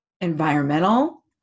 environmental